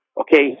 Okay